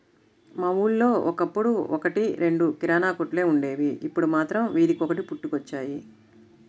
మా ఊళ్ళో ఒకప్పుడు ఒక్కటి రెండు కిరాణా కొట్లే వుండేవి, ఇప్పుడు మాత్రం వీధికొకటి పుట్టుకొచ్చాయి